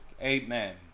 Amen